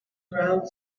around